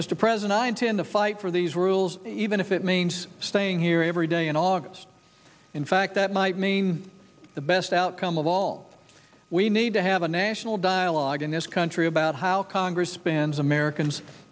mr president i intend to fight for these rules even if it means staying here every day in august in fact that might mean the best outcome of all we need to have a national dialogue in this country about how congress spends americans